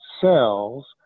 cells